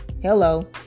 Hello